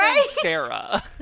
Sarah